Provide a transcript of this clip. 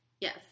yes